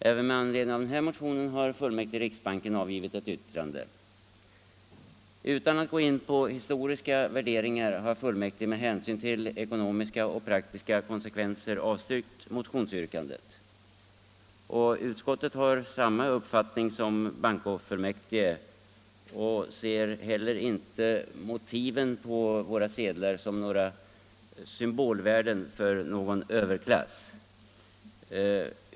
Även med anledning av denna motion har fullmäktige i riksbanken avgivit ett yttrande. Utan att gå in på historiska värderingar har fullmäktige med hänsyn till ekonomiska och praktiska konsekvenser avstyrkt motionsyrkandet. Utskottet, som har samma uppfattning som riksbanksfullmäktige, ser inte i motiven på våra sedlar några symbolvärden för en överklass.